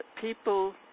people